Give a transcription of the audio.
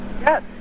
Yes